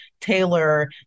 tailor